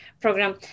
Program